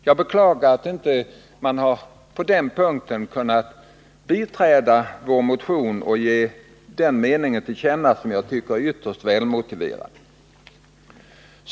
Jag beklagar att man inte kunnat biträda vår motion på den punkten och ge den meningen till känna, som jag tycker är ytterst välmotiverad.